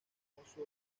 hermoso